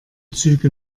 züge